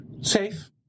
Safe